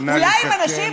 נא לסכם.